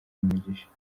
umugisha